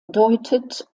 deutet